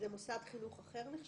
זה נחשב מוסד חינוך אחר?